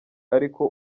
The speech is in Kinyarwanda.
ariko